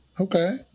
Okay